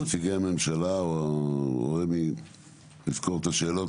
נציגי הממשלה או רמ"י - לזכור את השאלות